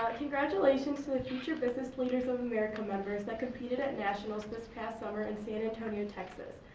congratulations to the future business leaders of america members that competed at nationals this past summer in san antonio, texas.